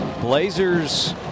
Blazers